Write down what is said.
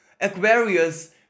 Aquarius